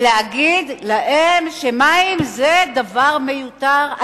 ממנו, ולהגיד להם שמים זה דבר מיותר?